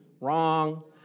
wrong